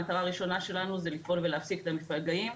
המטרה הראשונה שלנו זה לפעול ולהפסיק את המפגעים.